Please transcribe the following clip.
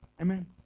Amen